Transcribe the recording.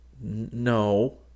No